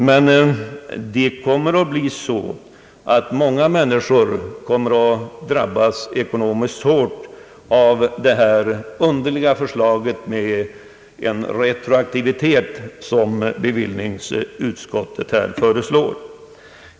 Men många andra människor kommer att drabbas ekonomiskt hårt av det här underliga förslaget om retroaktivitet som bevillningsutskottet fört fram.